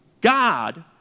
God